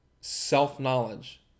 self-knowledge